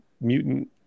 mutant